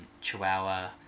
Chihuahua